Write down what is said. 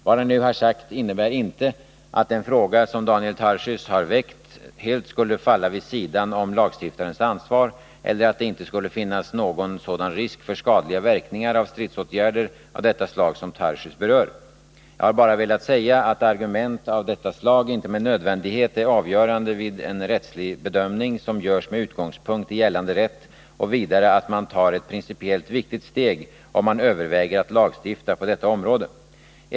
Vad jag nu har sagt innebär inte att den fråga som Daniel Tarschys har väckt helt skulle falla vid sidan om lagstiftarens ansvar eller att det inte skulle finnas någon sådan risk för skadliga verkningar av stridsåtgärder av detta slag som Daniel Tarschys berör. Jag har bara velat säga att argument av detta slag inte med nödvändighet är avgörande vid en rättslig bedömning som görs med utgångspunkt i gällande rätt och vidare att man tar ett principiellt viktigt steg, om man överväger att lagstifta på detta område.